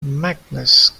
magnus